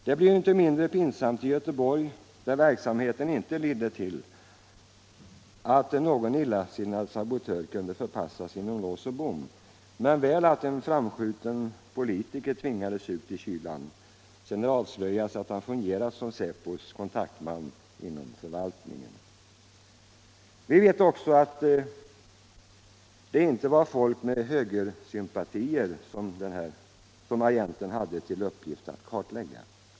Det blev inte mindre pinsamt i Göteborg, där verksamheten inte ledde till att någon illasinnad sabotör kunde förpassas inom lås och bom men väl till att en framskjuten politiker tvingades ut i kylan sedan det avslöjats att han hade fungerat som säpos kontaktman inom förvaltningen. Vi vet också att det inte var folk med högersympatier som agenten hade till uppgift att kartlägga.